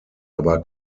aber